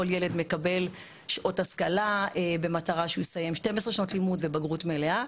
כל ילד מקבל שעות השכלה במטרה שהוא יסיים 12 שנות לימוד ובגרות מלאה.